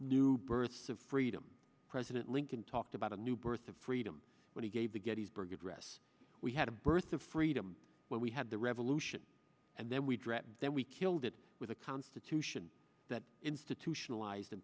new births of freedom president lincoln talked about a new birth of freedom when he gave the gettysburg address we had a birth of freedom when we had the revolution and then we dreaded then we killed it with a constitution that institutionalized and